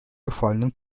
gefallenen